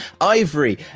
Ivory